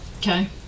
okay